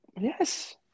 Yes